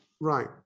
Right